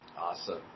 Awesome